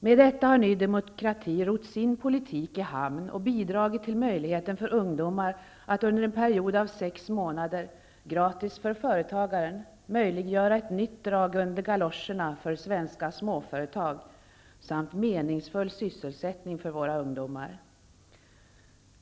Med detta har Ny demokrati rott sin politik i hamn och bidragit till att under en period av sex månader -- gratis för företagarna -- möjliggöra ett nytt drag under galoscherna för svenska småföretag samtidigt som våra ungdomar får meningsfull sysselsättning.